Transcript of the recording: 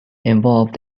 involved